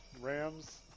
Rams